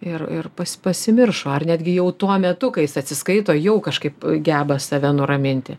ir ir pasi pasimiršo ar netgi jau tuo metu kai jis atsiskaito jau kažkaip geba save nuraminti